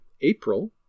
April